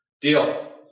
Deal